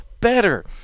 better